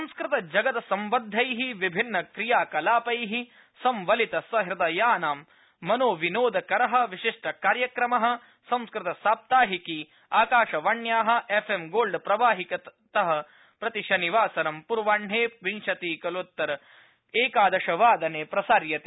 संस्कृत जगत् सम्बद्धै विभिन्न क्रिया कलापै संबलित सहृदयानां मनो विनोद कर विशिष्ट कार्यक्रम संस्कृत साप्ताहिकी आकाशवाण्या एफ़ एम् गोल्ड प्रवाहिकात प्रति शनिवासरं पूर्वाहि विंशति कलोत्तर एकादश वादनात् प्रसार्यते